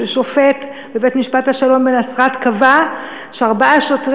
ששופט בבית-משפט השלום בנצרת קבע בפסק-הדין